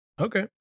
Okay